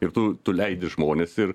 ir tu tu leidi žmones ir